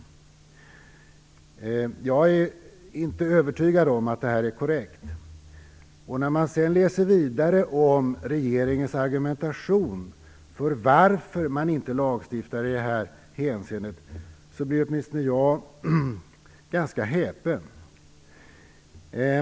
Jag är inte övertygad om att det här är korrekt. När jag läser vidare i regeringens argumentation för att man inte lagstiftar i det här hänseendet blir jag ganska häpen.